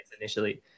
initially